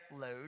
load